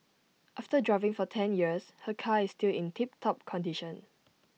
after driving for ten years her car is still in tip top condition